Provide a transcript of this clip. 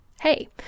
Hey